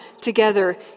together